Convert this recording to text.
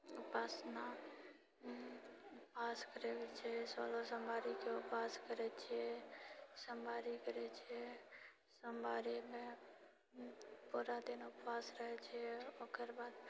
उपासना उपास करैत छियै सोलह सोमवारीके उपास करैत छियै सोमवारी करैत छियै सोमवारीमे पूरा दिन उपवास रहैत छियै ओकर बाद